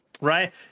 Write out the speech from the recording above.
right